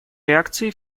реакции